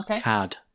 CAD